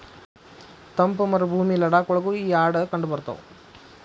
ತಂಪ ಮರಭೂಮಿ ಲಡಾಖ ಒಳಗು ಈ ಆಡ ಕಂಡಬರತಾವ